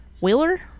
Wheeler